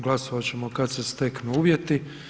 Glasovat ćemo kad se steknu uvjeti.